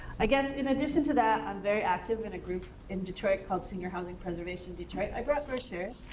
i guess in addition to that, i'm very active in a group in detroit called senior housing preservation detroit. i brought brochures